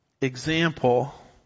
example